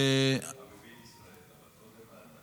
חביבין ישראל, אבל קודם האדם.